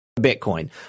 Bitcoin